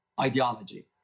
ideology